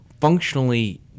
functionally